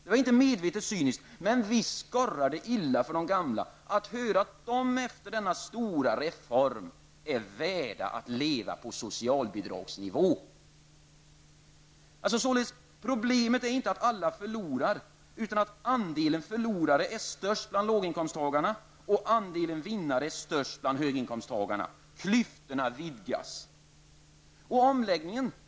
Men visst skorrade det illa för de gamla att höra att de efter den stora reformen var värda att leva på socialbidragsnivå. Problemet är således inte att alla förlorar, utan att andelen förlorare är störst bland låginkomsttagarna medan andelen vinnare är störst bland höginkomsttagarna. Klyftorna vidgas.